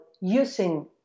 using